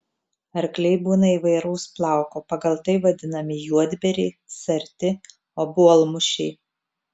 arkliai būna įvairaus plauko pagal tai vadinami juodbėriai sarti obuolmušiai